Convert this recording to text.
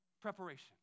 preparation